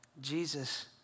Jesus